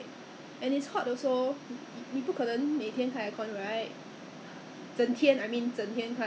that's true so what do you what do you mean 他他从 what err 三月四月已经是 work for home until now